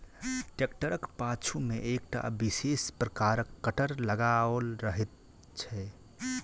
ट्रेक्टरक पाछू मे एकटा विशेष प्रकारक कटर लगाओल रहैत छै